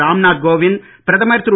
ராம்நாத் கோவிந்த் பிரதமர் திரு